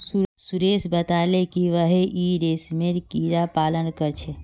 सुरेश बताले कि वहेइं रेशमेर कीड़ा पालन कर छे